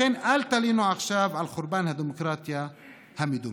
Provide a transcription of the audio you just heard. לכן, אל תלינו עכשיו על חורבן הדמוקרטיה המדומה.